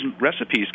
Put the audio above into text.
recipes